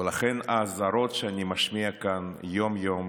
ולכן האזהרות שאני משמיע כאן יום-יום